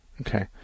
Okay